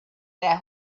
their